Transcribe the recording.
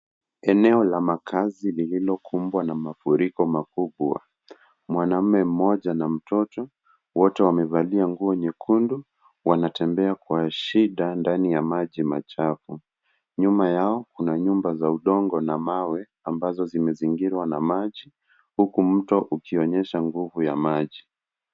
Eneo la makazi lililokubwa na mafuriko makubwa mwanaume mmoja na mtoto wote wamevalia nguo nyekundu wanatembea kwa shida ndani ya maji machafu nyuma yao kuna nyumba za udongo na mawe ambazo zimezingirwa na maji huku mto ukionyesha nguvu ya maji.